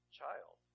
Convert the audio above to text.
child